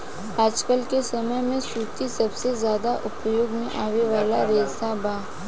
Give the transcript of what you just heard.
आजकल के समय में सूती सबसे ज्यादा उपयोग में आवे वाला रेशा बा